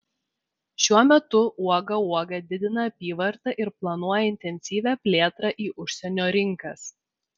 šiuo metu uoga uoga didina apyvartą ir planuoja intensyvią plėtrą į užsienio rinkas